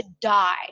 die